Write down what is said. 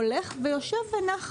הולך ויושב בנחת.